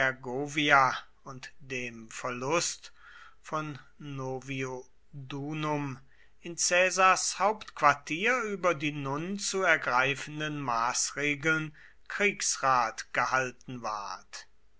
und dem verlust von noviodunum in caesars hauptquartier über die nun zu ergreifenden maßregeln kriegsrat gehalten ward